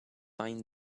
find